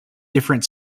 different